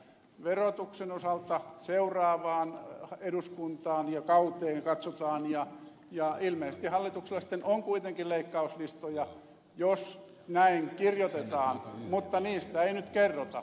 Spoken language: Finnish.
verotuksen osalta katsotaan seuraavaan eduskuntaan ja kauteen ja ilmeisesti hallituksella sitten on kuitenkin leikkauslistoja jos näin kirjoitetaan mutta niistä ei nyt kerrota